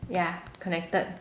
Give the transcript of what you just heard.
ya connected